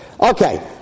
Okay